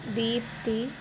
Deepthi